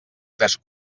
tres